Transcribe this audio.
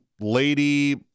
lady